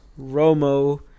romo